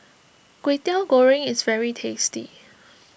Kwetiau Goreng is very tasty